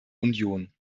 union